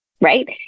right